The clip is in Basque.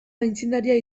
aitzindaria